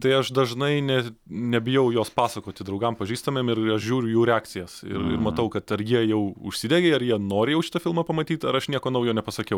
tai aš dažnai net nebijau jos pasakoti draugam pažįstamiem ir žiūriu jų reakcijas ir matau kad ar jie jau užsidegė ar jie nori jau šitą filmą pamatyt ar aš nieko naujo nepasakiau